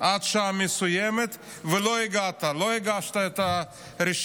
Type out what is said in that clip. ועד שעה מסוימת ולא הגעת, לא הגשת את הרשימה.